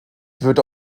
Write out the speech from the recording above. wird